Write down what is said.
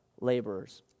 laborers